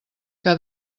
que